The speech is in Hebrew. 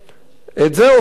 את זה עושים.